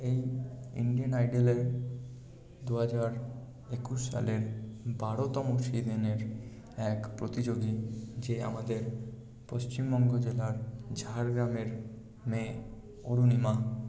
এই ইন্ডিয়ান আইডলের দু হাজার একুশ সালের বারোতম সিজেনের এক প্রতিযোগী যে আমাদের পশ্চিমবঙ্গ জেলার ঝাড়গ্রামের মেয়ে অরুণিমা